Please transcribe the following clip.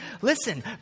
Listen